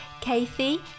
Kathy